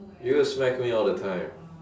you smack me all the time